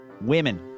women